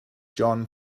john